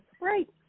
Right